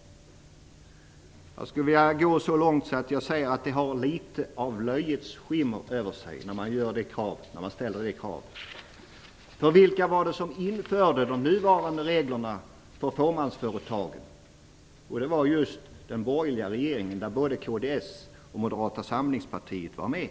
Jag skulle vilja gå så långt som till att säga att det kravet har litet av löjets skimmer över sig. Vilka var det som införde de nuvarande reglerna för fåmansföretagen? Jo, det var just den borgerliga regeringen, där både kds och Moderata samlingspartiet var med.